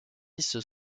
liste